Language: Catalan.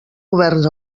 governs